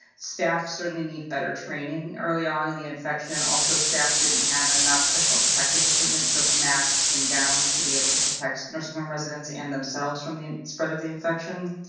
staff certainly need better training early on in the infection, also staff didn't have enough personal protective equipment, so masks and gowns to be able to protect nursing home residents and themselves from the spread of the infection.